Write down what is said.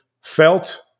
felt